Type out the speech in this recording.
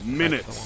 minutes